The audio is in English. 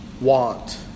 want